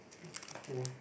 um uh !wah!